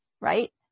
Right